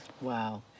Wow